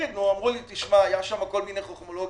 אמרו לי שהייתה שם כל מיני חוכמולוגיה,